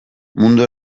mundu